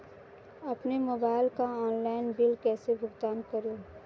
अपने मोबाइल का online bill कैसे भुगतान करूं?